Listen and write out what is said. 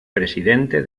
presidente